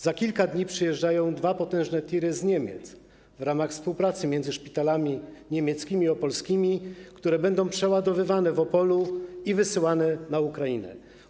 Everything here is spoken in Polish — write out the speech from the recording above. Za kilka dni przyjeżdżają dwa potężne tiry z Niemiec w ramach współpracy między szpitalami niemieckimi i opolskimi, które będą przeładowywane w Opolu i wysyłane na Ukrainę.